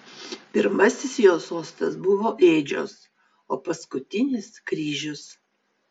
pirmasis jo sostas buvo ėdžios o paskutinis kryžius